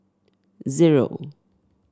zero